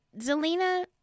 Zelina